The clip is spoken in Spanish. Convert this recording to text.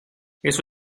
eso